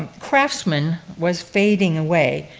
craftsmen was fading away,